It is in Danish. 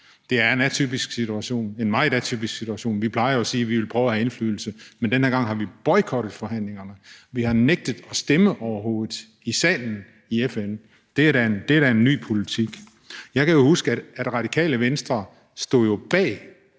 Det er en atypisk situation, en meget atypisk situation. Vi plejer at sige, at vi vil prøve at have indflydelse, men den her gang har vi boykottet forhandlingerne. Vi har nægtet at stemme, overhovedet, i salen, i FN. Det er da en ny politik. Jeg kan da huske, at Radikale Venstre stod bag